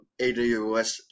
aws